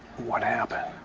what happened?